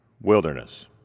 wilderness